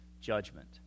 judgment